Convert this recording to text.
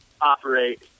operate